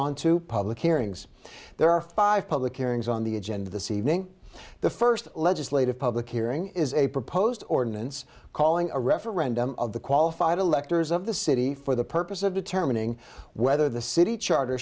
on to public hearings there are five public hearings on the agenda this evening the first legislative public hearing is a proposed ordinance calling a referendum of the qualified electors of the city for the purpose of determining whether the city charter